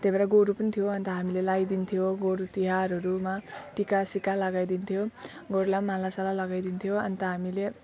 त्यही भएर गोरु पनि थियो अन्त हामी लगाइदिन्थ्यो गोरु तिहारहरूमा टिका सिका लगाइदिन्थ्यो गोरुलाई माला साला लगाइदिन्थ्यो अन्त हामीले